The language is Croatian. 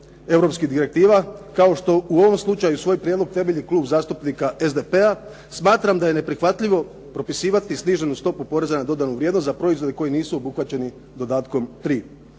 europskih direktiva kao što u ovom slučaju temelji Klub zastupnika SDP-a. Smatram da je neprihvatljivo propisivati sniženu stopu poreza na dodanu vrijednost za proizvode koji nisu obuhvaćeni dodatkom 3.